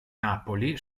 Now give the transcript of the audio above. napoli